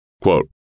Quote